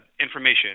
information